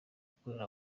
gukorera